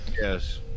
Yes